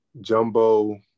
jumbo